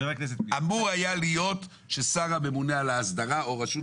אמור היה להיות ששר הממונה על ההסדרה או רשות